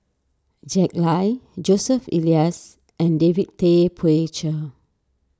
Jack Lai Joseph Elias and David Tay Poey Cher